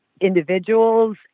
individuals